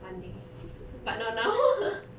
one day but not now